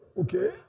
Okay